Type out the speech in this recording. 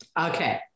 Okay